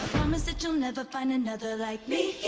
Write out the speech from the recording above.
promise that you'll never find another like me